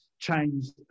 changed